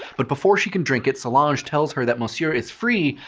but before she can drink it, solange tells her that monsieur is free,